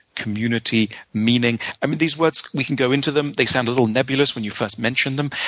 community, meaning. i mean, these words, we can go into them. they sound a little nebulous when you first mention them.